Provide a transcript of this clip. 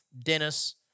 Dennis